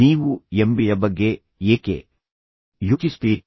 ನೀವು ಎಂಬಿಎ ಬಗ್ಗೆ ಏಕೆ ಯೋಚಿಸುತ್ತೀರಿ